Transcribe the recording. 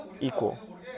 equal